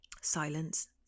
Silence